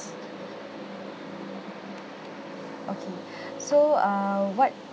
okay so err what